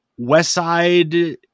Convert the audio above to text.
Westside